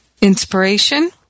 inspiration